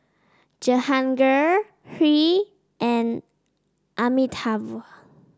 Jehangirr Hri and Amitabh